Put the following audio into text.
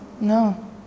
No